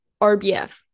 RBF